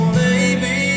baby